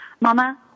Mama